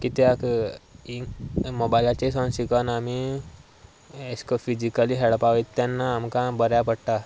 कित्याक मोबायलाचेर सावन शिकून आमी अशेको फिजिकली खेळपा वता तेन्ना आमकां बऱ्या पडटा